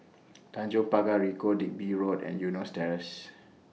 Tanjong Pagar Ricoh Digby Road and Eunos Terrace